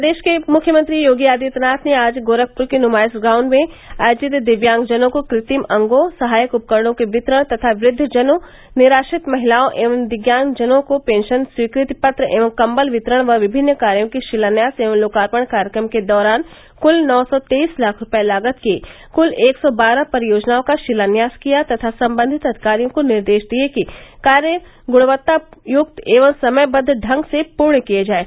प्रदेश के मुख्यमंत्री योगी आदित्यनाथ ने आज गोरखप्र के नुमाइश ग्राउंड में आयोजित दिव्यांग जनों को कृत्रिम अंगोंसहायक उपकरणों के वितरण तथा वृद्व जनों निराश्रित महिलाओं एव दिव्यांग जनों को पेंशन स्वीकृति पत्र एव कम्बल वितरण व विभिन्न कार्यों के शिलान्यास एवं लोकार्पण कार्यक्रम के दौरान कुल नौ सौ तेईस लाख रूपये लागत की कुल एक सौ बारह परियोजनाओं का शिलान्यास किया तथा संबंधित अधिकारियों को निर्देश दिये कि कार्य गृणवत्तायक्त एव समयबद्ध ढंग से पूर्ण किये जायें